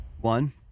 One